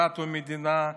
דת ומדינה.